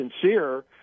sincere